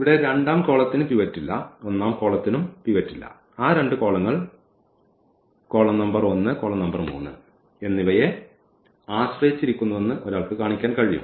ഇവിടെ ഈ രണ്ടാം കോളത്തിന് ഒരു പിവറ്റ് ഇല്ല ഒന്നാം കോളത്തിനും ഒരു പിവറ്റ് ഇല്ല ആ രണ്ട് കോളങ്ങൾ ഈ കോളം നമ്പർ 1 കോളം നമ്പർ 3 എന്നിവയെ ആശ്രയിച്ചിരിക്കുന്നുവെന്ന് ഒരാൾക്ക് കാണിക്കാൻ കഴിയും